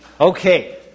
Okay